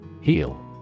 Heal